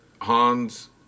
Hans